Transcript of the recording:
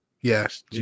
Yes